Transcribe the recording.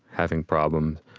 having problems,